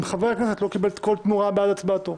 חבר הכנסת לא קיבל כל תמורה בעד הצבעתו,".